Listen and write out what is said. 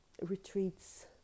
retreats